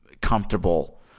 comfortable